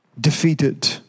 defeated